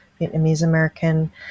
Vietnamese-American